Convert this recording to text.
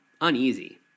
uneasy